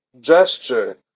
gesture